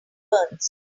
burns